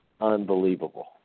unbelievable